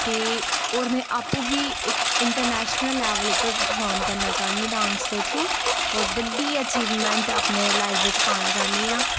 ते होर मे आपू बी इक इंटरनैशनल लेवल उप्पर परफार्म करना चाह्नी डांस दे थरु होर बड्डी अचीवमेंट अपने लाइफ बिच पाना चाह्नी आं